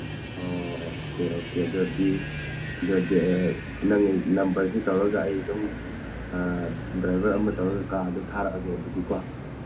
okay okay ꯑꯗꯨꯑꯣꯏꯔꯗꯤ ꯑꯗꯨꯑꯣꯏꯔꯗꯤ ꯅꯪꯒꯤ ꯅꯝꯕꯔꯁꯤ ꯇꯧꯔꯒ ꯑꯩ ꯑꯗꯨꯝ ꯗ꯭ꯔꯥꯏꯚꯔ ꯑꯃ ꯇꯧꯔꯒ ꯀꯥꯔꯗꯨ ꯊꯥꯔꯛꯑꯒꯦ ꯑꯗꯨꯗꯤ ꯀꯣ